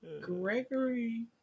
Gregory